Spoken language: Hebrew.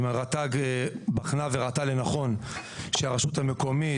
אם רט"ג בחנה וראתה לנכון שהרשות המקומית,